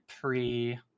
pre